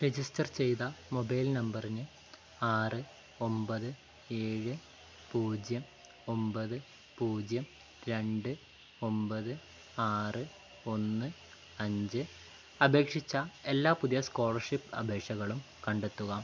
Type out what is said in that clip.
register ചെയ്ത mobile നമ്പറിന് ആറ് ഒൻപത് ഏഴ് പൂജ്യം ഒൻപത് പൂജ്യം രണ്ട് ഒൻപത് ആറ് ഒന്ന് അഞ്ച് അപേക്ഷിച്ച എല്ലാ പുതിയ സ്കോളർഷിപ്പ് അപേക്ഷകളും കണ്ടെത്തുക